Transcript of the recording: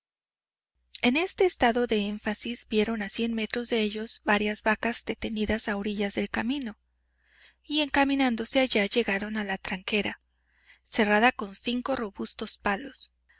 en este estado de énfasis vieron a cien metros de ellos varias vacas detenidas a orillas del camino y encaminándose allá llegaron a la tranquera cerrada con cinco robustos palos